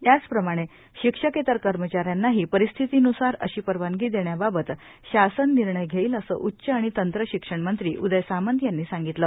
याचप्रमाणे शिक्षकेतर कर्मचाऱ्यांनाही परिस्थितीन्सार अशी परवानगी देण्याबाबत शासन निर्णय घेईल असे उच्च आणि तंत्र शिक्षण मंत्री उदय सामंत यांनी सांगितले